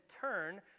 turn